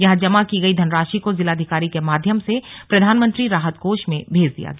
यहां जमा की गई धनराशि को जिलाधिकारी के माध्यम से प्रधानमंत्री राहत कोष में भेज दिया गया